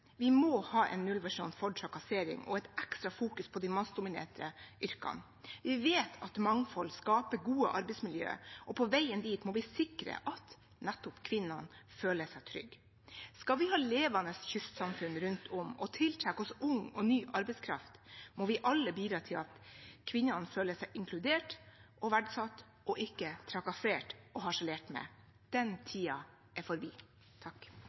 Vi må ha en nullvisjon for trakassering og et ekstra fokus på de mannsdominerte yrkene. Vi vet at mangfold skaper gode arbeidsmiljø, og på veien dit må vi sikre at nettopp kvinnene føler seg trygge. Skal vi ha levende kystsamfunn rundt om og tiltrekke oss ung og ny arbeidskraft, må vi alle bidra til at kvinnene føler seg inkludert og verdsatt, og ikke trakassert og harselert med. Den tiden er forbi. Universell utforming er ikke bare å tilrettelegge for